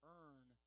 earn